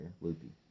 Loopy